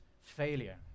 failure